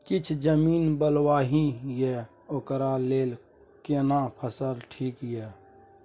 किछ जमीन बलुआही ये ओकरा लेल केना फसल ठीक ये?